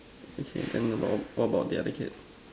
okay then what what about the other kid